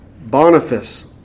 Boniface